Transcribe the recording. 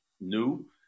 new